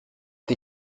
die